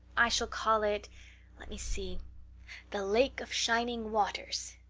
i shall call it let me see the lake of shining waters.